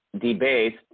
debased